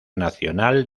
nacional